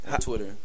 Twitter